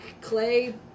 clay